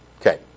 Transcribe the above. Okay